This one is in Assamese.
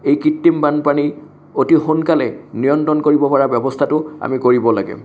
এই কৃত্ৰিম বানপানী অতি সোনকালে নিয়ন্ত্ৰণ কৰিব পৰা ব্যৱস্থাটো আমি কৰিব লাগে